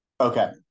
Okay